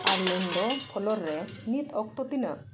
ᱚᱨᱮᱱᱰᱳ floor ᱨᱮ ᱱᱤᱛ ᱚᱠᱛᱚ ᱛᱤᱱᱟᱹᱜ